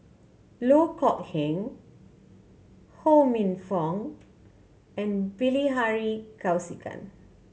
Loh Kok Heng Ho Minfong and Bilahari Kausikan